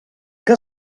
que